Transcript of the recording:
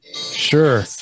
Sure